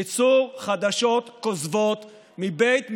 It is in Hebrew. ייצור חדשות כוזבות מבית מדרשו,